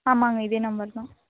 ஆமாங்க இதே நம்பர் தான்